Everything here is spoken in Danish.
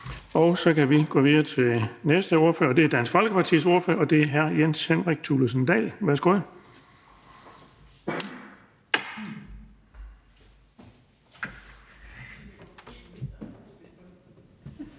Så kan vi gå videre til næste ordfører, og det er Dansk Folkepartis ordfører, hr. Jens Henrik Thulesen Dahl. Værsgo.